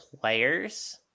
players